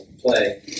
play